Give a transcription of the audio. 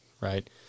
right